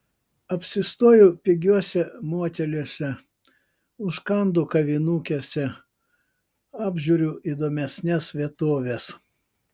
apsistoju pigiuose moteliuose užkandu kavinukėse apžiūriu įdomesnes vietoves